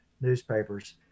newspapers